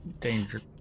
Danger